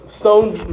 stones